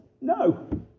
no